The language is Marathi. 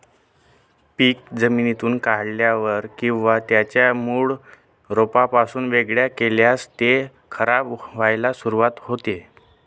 पीक जमिनीतून काढल्यावर किंवा त्याच्या मूळ रोपापासून वेगळे केल्यास ते खराब व्हायला सुरुवात होते